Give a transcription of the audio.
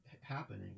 happening